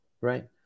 right